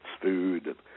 food